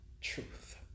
truth